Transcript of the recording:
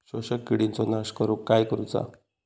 शोषक किडींचो नाश करूक काय करुचा?